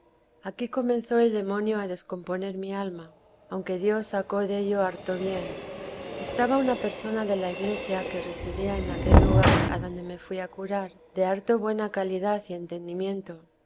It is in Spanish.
quería aquí comenzó el demonio a descomponer mi alma aunque dios sacó dello harto bien estaba una persona de la iglesia que residía en aquel lugar adonde me fui a curar de harto buena calidad y entendimiento